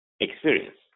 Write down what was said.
experience